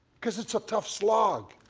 because it's a tough slog.